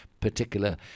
particular